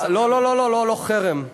לא, לא, לא, לא, לא, לא חרם.